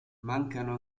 mancano